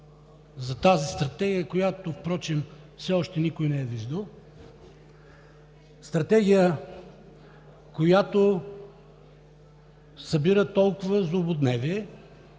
за тази стратегия, която, между другото, все още никой не е виждал – Стратегия, която събира толкова злободневие,